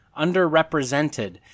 Underrepresented